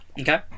Okay